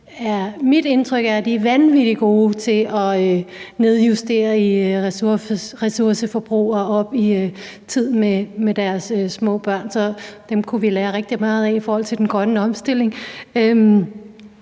børn selv, er, at de er vanvittig gode til at nedjustere i ressourceforbrug og gå op i tid med deres små børn, så dem kunne vi lære rigtig meget af i forhold til den grønne omstilling.